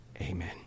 Amen